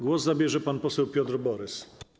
Głos zabierze pan poseł Piotr Borys.